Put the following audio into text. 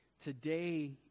Today